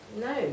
no